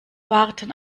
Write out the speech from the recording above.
warten